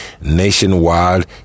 nationwide